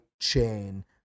chain